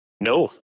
No